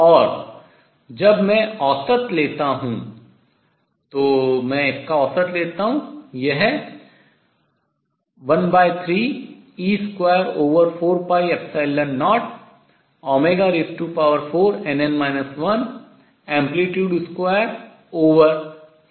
और जब मैं औसत लेता हूँ तो मैं इसका औसत लेता हूँ यह 13e240nn 14Ampl2c3 आता है